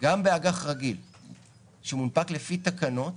באג"ח רגיל שמונפק לפי תקנות